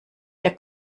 der